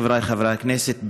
חבריי חברי הכנסת,